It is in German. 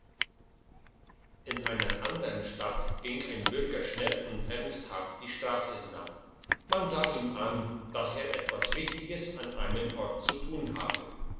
in einer andern stadt ging ein bürger schnell und ernsthaft die strasse hinab man sah ihm an dass er etwas wichtiges an einem ort zu tun habe